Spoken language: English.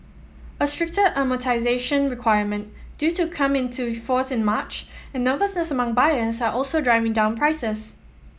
a stricter amortisation requirement due to come into force in March and nervousness among buyers are also driving down prices